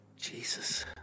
Jesus